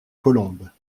colombes